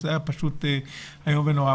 שזה היה פשוט איום ונורא.